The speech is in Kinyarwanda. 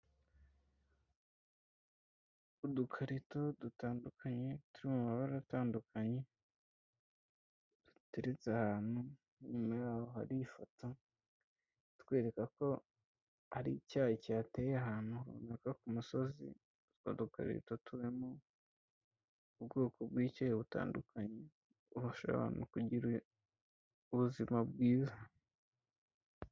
Udukarito dutandukanye turi mu mabara atandukanye duteretse ahantu. Inyuma yaho hari ifoto itwereka ko hari icyayi kihateye ahantu runaka ku musozi. Utwo dukarito turimo ubwoko bw'icyayi butandukanye bufasha abantu kugira ubuzima bwiza.